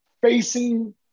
facing